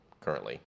currently